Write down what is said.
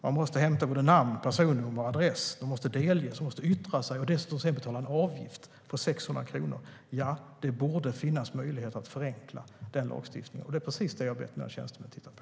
Man måste hämta namn, personnummer och adress, och de som ska avhysas måste delges och yttra sig och dessutom betala en avgift på 600 kronor. Ja, det borde finnas en möjlighet att förenkla lagstiftningen, och det är precis det som jag har bett mina tjänstemän att titta på.